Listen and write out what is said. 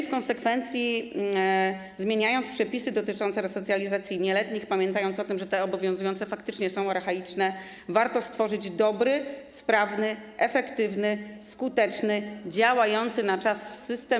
W konsekwencji tego, zmieniając przepisy dotyczące resocjalizacji nieletnich i pamiętając o tym, że te obowiązujące faktycznie są archaiczne, warto stworzyć dobry, sprawny, efektywny, skuteczny, działający na czas system.